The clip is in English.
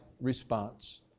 response